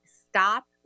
stop